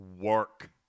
work